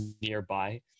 nearby